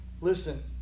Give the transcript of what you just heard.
Listen